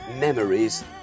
memories